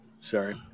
Sorry